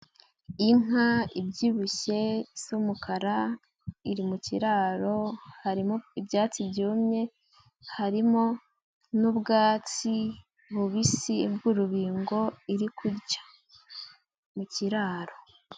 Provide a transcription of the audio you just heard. Inka ibyibushye isa umukara, iri mu kiraro hari ibyatsi byumye, harimo n'ubwatsi bubisi bw'urubingo iri kurya mu kiraro.